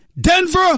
Denver